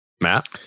Matt